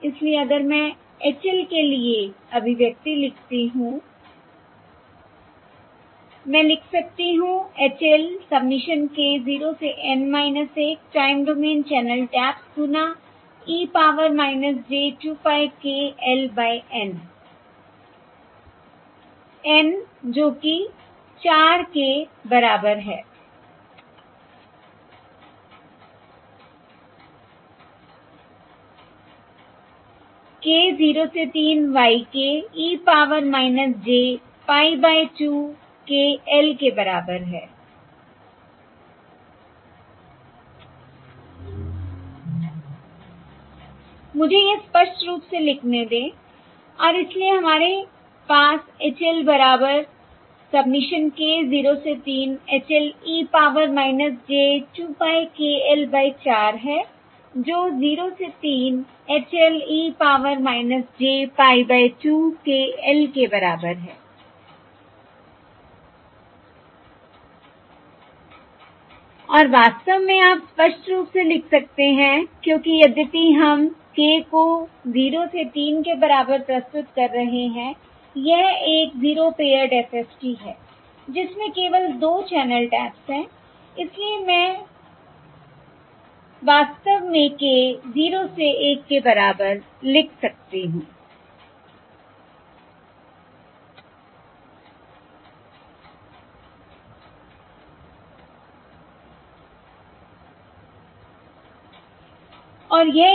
इसलिए अगर मैं H l के लिए अभिव्यक्ति लिखती हूं मैं लिख सकती हूँ H l सबमिशन k 0 से N 1 time domain channel taps गुना e power j 2 pie k l by N N जो कि 4 के बराबर है k 0 से 3 y k e power j pie by 2 k l के बराबर है मुझे यह स्पष्ट रूप से लिखने दें और इसलिए हमारे पास H l बराबर सबमिशन k 0 से 3 h l e power j 2 pie k l by 4 है जो 0 से 3 h l e power j pie by 2 k l के बराबर हैI और वास्तव में आप स्पष्ट रूप से लिख सकते हैं क्योंकि यद्यपि हम k को 0 से 3 के बराबर प्रस्तुत कर रहे हैं यह एक 0 पेअर्ड FFT है जिसमें केवल 2 चैनल टैप्स हैं इसलिए मैं वास्तव में k 0 से 1 के बराबर लिख सकती हूं